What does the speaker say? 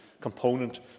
component